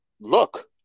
look